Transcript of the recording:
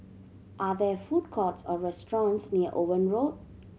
are there food courts or restaurants near Owen Road